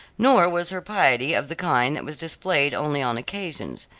nor was her piety of the kind that was displayed only on occasions.